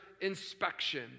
inspection